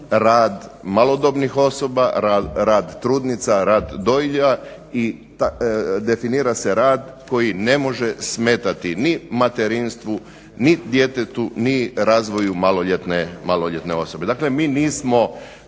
rad malodobnih osoba, rad trudnica, rad dojilja i definira se rad koji ne može smetati ni materinstvu ni djetetu ni razvoju maloljetne osobe. Dakle, mi nismo